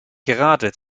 gerade